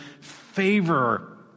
Favor